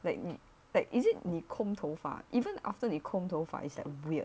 like you need like is it 你 comb 头发 even after 你 comb 空头 is like weird